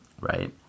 right